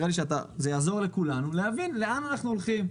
זה יעזור לכולנו להבין לאן אנחנו הולכים,